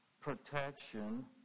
protection